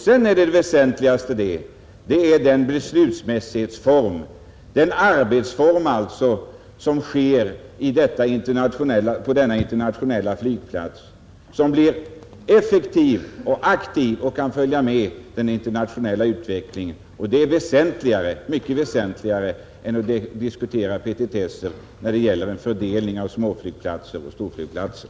Sedan är det väsentligaste själva beslutsformen, alltså arbetsformen på denna internationella flygplats, som blir effektiv och aktiv och kan följa med den internationella utvecklingen. Det är mycket väsentligare än att diskutera petitesser när det gäller en fördelning mellan småflygplatser och storflygplatser.